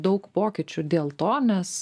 daug pokyčių dėl to nes